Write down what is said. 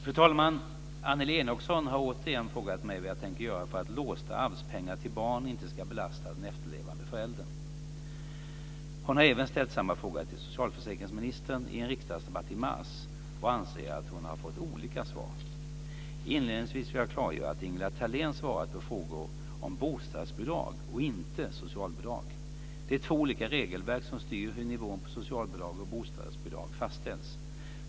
Fru talman! Annelie Enochson har återigen frågat mig vad jag tänker göra för att låsta arvspengar till barn inte ska belasta den efterlevande föräldern. Hon har även ställt samma fråga till socialförsäkringsministern i en riksdagsdebatt i mars och anser att hon har fått olika svar. Inledningsvis vill jag klargöra att Ingela Thalén svarat på frågor om bostadsbidrag och inte socialbidrag. Det är två olika regelverk som styr hur nivån på socialbidrag och bostadsbidrag fastställs.